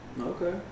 okay